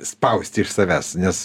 spausti iš savęs nes